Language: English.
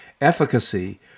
efficacy